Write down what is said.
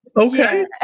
Okay